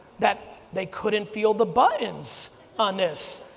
that they couldn't feel the buttons on this.